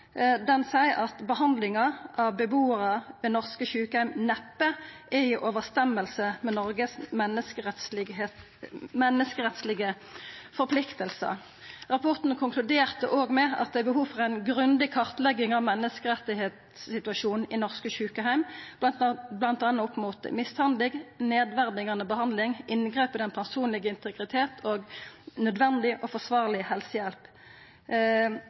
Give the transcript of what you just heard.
Den seier at behandlinga av dei som bur på norske sjukeheimar, «neppe er i overenstemmelse med Norges menneskerettslige forpliktelser». Rapporten konkluderte òg med at det er «behov for en grundig kartlegging av menneskerettighetssituasjonen i norske sykehjem», bl.a. opp mot mishandling, nedverdigande behandling, inngrep i den personlege integriteten og nødvendig og forsvarleg helsehjelp.